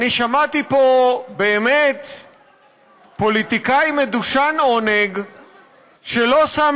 שמעתי פה באמת פוליטיקאי מדושן עונג שלא שם